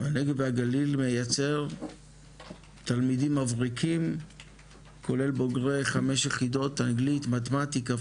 הנגב והגליל מייצר תלמידים מבריקים כולל בוגרי 5 יחידות מתמטיקה,